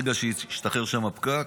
ברגע שישתחרר שם הפקק,